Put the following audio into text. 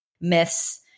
myths